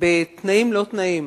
בתנאים לא תנאים